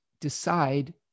decide